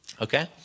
Okay